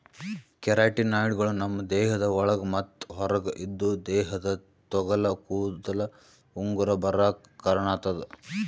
ಕೆರಾಟಿನ್ಗಳು ನಮ್ಮ್ ದೇಹದ ಒಳಗ ಮತ್ತ್ ಹೊರಗ ಇದ್ದು ದೇಹದ ತೊಗಲ ಕೂದಲ ಉಗುರ ಬರಾಕ್ ಕಾರಣಾಗತದ